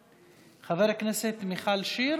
חברת הכנסת מיכל שיר